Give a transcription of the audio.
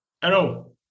Hello